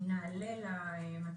נעלה למטוסים,